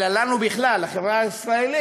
אלא לנו בכלל, לחברה הישראלית,